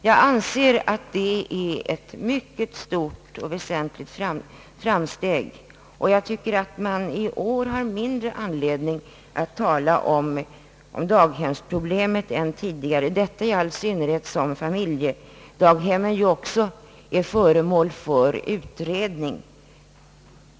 Jag anser att det är ett mycket väsentligt framsteg, och jag tycker att man i år har mindre anledning än tidigare att tala om daghemsproblemet, detta i all synnerhet som familjedaghemmen ju också är föremål för utredning.